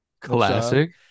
Classic